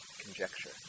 conjecture